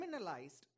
criminalized